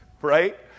right